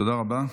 תודה רבה.